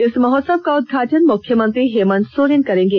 इस महोत्सव का उदघाटन मुख्यमंत्री हेमंत सोरेन करेंगे